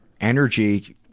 energy